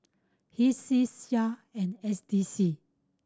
HTSCI Sia and S D C